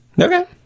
Okay